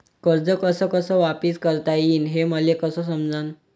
कर्ज कस कस वापिस करता येईन, हे मले कस समजनं?